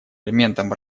элементом